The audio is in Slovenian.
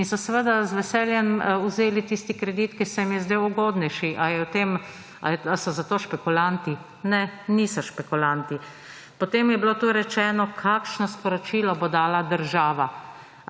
Seveda so z veseljem vzeli tisti kredit, ki se jim je zdel ugodnejši. Ali so zato špekulanti? Ne, niso špekulanti! Potem je bilo tu rečeno, kakšno sporočilo bo dala država.